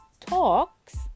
talks